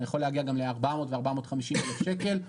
זה גם יכול להגיע ל-400,000 ו-450,000 שקל.